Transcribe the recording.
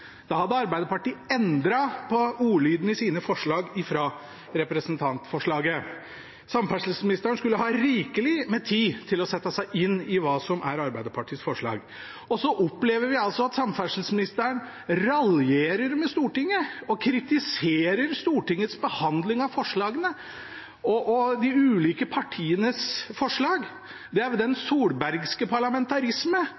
Da hadde Arbeiderpartiet endret ordlyden i sine forslag fra representantforslaget. Samferdselsministeren skulle ha rikelig med tid til å sette seg inn i hva som er Arbeiderpartiets forslag. Så opplever vi altså at samferdselsministeren raljerer med Stortinget og kritiserer Stortingets behandling av forslagene og de ulike partienes forslag. Det er